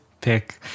pick